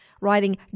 writing